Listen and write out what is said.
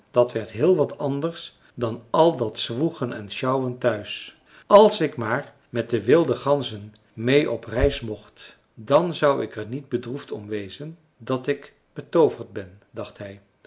dat werd heel wat anders dan al dat zwoegen en sjouwen thuis als ik maar met de wilde ganzen meê op reis mocht dan zou ik er niet bedroefd om wezen dat ik betooverd ben dacht hij